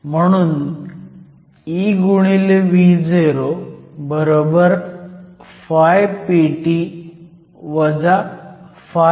म्हणून eVo φPt φMo